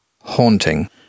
haunting